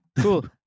cool